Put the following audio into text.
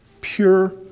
Pure